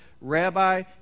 Rabbi